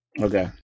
Okay